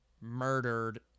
murdered